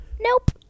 Nope